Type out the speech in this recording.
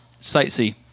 sightsee